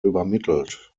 übermittelt